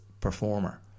performer